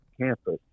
campus